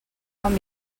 quan